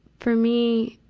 for me,